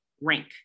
rank